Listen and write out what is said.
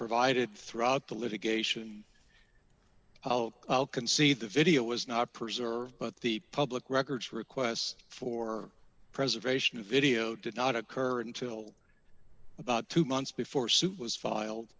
provided throughout the litigation i'll concede the video was not preserved but the public records requests for preservation of video did not occur until about two months before suit was filed